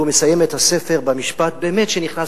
הוא מסיים את הספר במשפט שבאמת נכנס